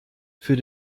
für